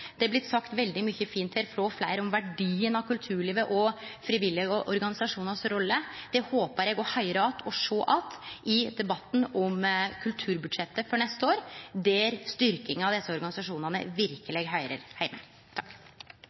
Det er blitt sagt veldig mykje fint frå fleire om verdien av kulturlivet og rolla til frivillige organisasjonar. Det håpar eg å høyre att og sjå att i debatten om kulturbudsjettet for neste år, der styrkinga av desse organisasjonane verkeleg høyrer heime.